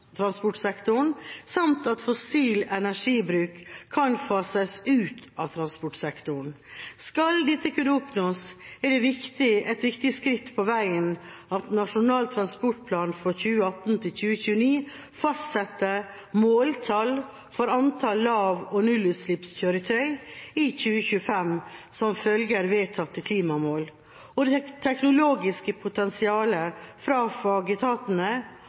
transportsektoren, samt at fossil energibruk kan fases ut av transportsektoren. Skal dette kunne oppnås, er det et viktig skritt på veien at Nasjonal transportplan for 2018–2029 fastsetter måltall for antall lav- og nullutslippskjøretøy i 2025 som følger vedtatte klimamål og det teknologiske potensialet fra fagetatene,